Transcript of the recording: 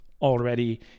already